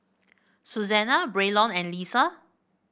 Susana Braylon and Leesa